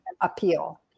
appeal